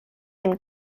and